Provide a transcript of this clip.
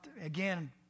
again